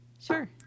Sure